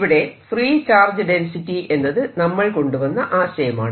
ഇവിടെ free charge density എന്നത് നമ്മൾ കൊണ്ടുവന്ന ആശയമാണ്